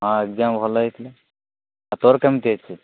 ହଁ ଏଗ୍ଜାମ୍ ଭଲ ହେଇଛି ଆଉ ତୋର କେମିତି ହେଇଛି